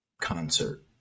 concert